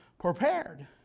prepared